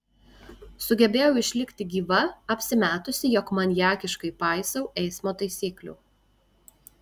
sugebėjau išlikti gyva apsimetusi jog maniakiškai paisau eismo taisyklių